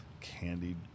Candied